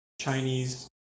Chinese